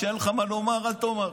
כשאין לך מה לומר אל תאמר.